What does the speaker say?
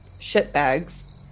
shitbags